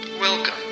Welcome